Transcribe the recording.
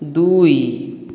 ଦୁଇ